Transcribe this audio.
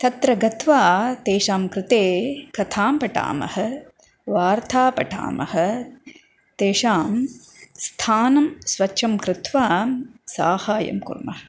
तत्र गत्वा तेषां कृते कथां पठामः वार्तां पठामः तेषां स्थानं स्वच्छं कृत्वा साहाय्यं कुर्मः